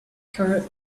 her